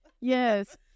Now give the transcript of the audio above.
Yes